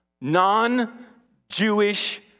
non-Jewish